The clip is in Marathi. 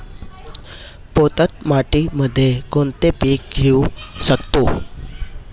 पोयटा मातीमध्ये कोणते पीक घेऊ शकतो?